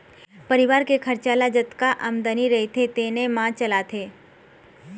परिवार के खरचा ल जतका आमदनी रहिथे तेने म चलाथे